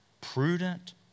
prudent